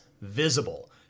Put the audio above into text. visible